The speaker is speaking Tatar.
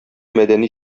мәдәни